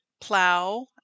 plow